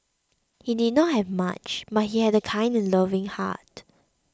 he did not have much but he had a kind and loving heart